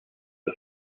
for